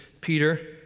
Peter